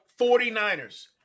49ers